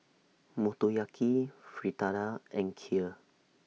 Motoyaki Fritada and Kheer